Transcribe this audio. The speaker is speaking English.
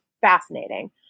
fascinating